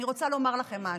אני רוצה לומר לכם משהו.